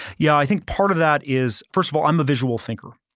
yeah, i think part of that is, first of all, i'm a visual thinker.